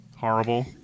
Horrible